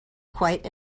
quite